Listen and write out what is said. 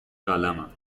قلمم